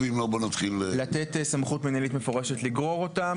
המקומיות לתת סמכות מינהלית מפורשת לגרור אותם.